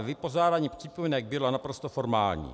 Vypořádání připomínek bylo naprosto formální.